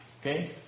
okay